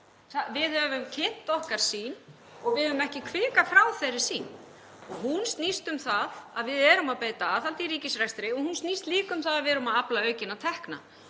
Við höfum kynnt okkar sýn og við höfum ekki hvikað frá þeirri sýn. Hún snýst um það að við erum að beita aðhaldi í ríkisrekstri og hún snýst líka um það að við erum að afla aukinna tekna.